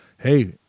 Hey